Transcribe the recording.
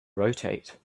rotate